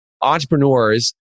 entrepreneurs